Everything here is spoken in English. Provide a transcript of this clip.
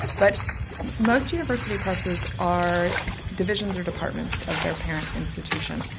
but most university presses are divisions or departments of their parent institution,